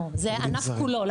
לא הכוונה זה לענף כולו.